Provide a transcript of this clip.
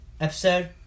Episode